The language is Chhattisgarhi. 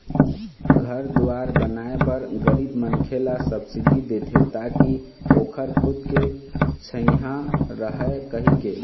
घर दुवार बनाए बर गरीब मनखे ल सब्सिडी देथे ताकि ओखर खुद के छइहाँ रहय कहिके